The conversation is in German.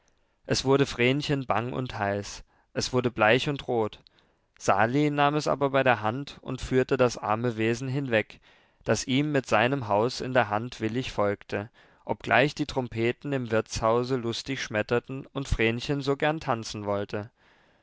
es wurde vrenchen bang und heiß es wurde bleich und rot sali nahm es aber bei der hand und führte das arme wesen hinweg das ihm mit seinem haus in der hand willig folgte obgleich die trompeten im wirtshause lustig schmetterten und vrenchen so gern tanzen wollte